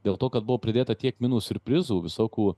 dėl to kad buvo pridėta tiek minų siurprizų visokių